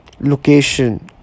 location